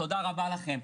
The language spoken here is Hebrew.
תודה רבה לכם,